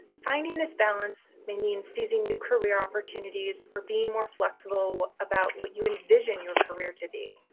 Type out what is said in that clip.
finding this balance may mean seizing new career opportunities or being more flexible about what you envision your career to be.